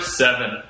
seven